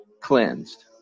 cleansed